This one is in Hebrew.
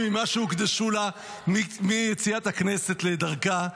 ממה שהוקדשו לה מיציאת הכנסת לדרכה,